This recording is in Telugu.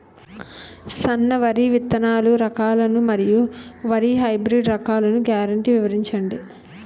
సన్న వరి విత్తనాలు రకాలను మరియు వరి హైబ్రిడ్ రకాలను గ్యారంటీ వివరించండి?